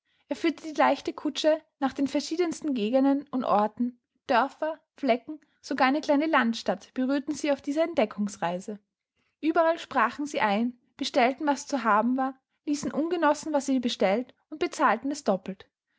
er führte die leichte kutsche nach den verschiedensten gegenden und orten dörfer flecken sogar eine kleine landstadt berührten sie auf dieser entdeckungsreise ueberall sprachen sie ein bestellten was zu haben war ließen ungenossen was sie bestellt und bezahlten es doppelt